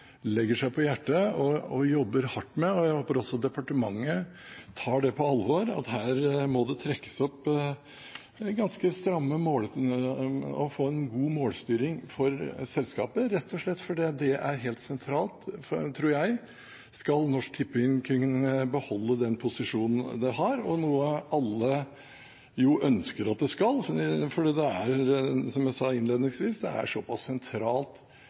legger seg på hjertet og jobber hardt med. Jeg håper også at departementet tar på alvor at her må en få en god målstyring for selskapet, rett og slett fordi det er helt sentralt, tror jeg, hvis Norsk Tipping skal beholde den posisjonen det har, noe alle jo ønsker at det skal, fordi det er, som jeg sa innledningsvis, såpass sentralt både for finansieringen og driften av norsk idrett og for det